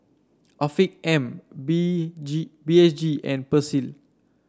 Afiq M B G B H G and Persil